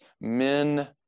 men